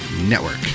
Network